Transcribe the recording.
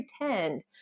pretend